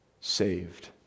saved